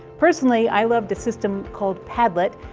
personally, i loved a system called padlet,